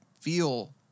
feel